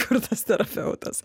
kur tas terapeutas